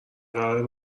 قرار